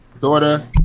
daughter